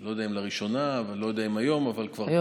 לא יודע אם לראשונה ולא יודע אם היום היום, היום.